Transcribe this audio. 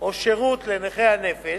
או שירות לנכה הנפש,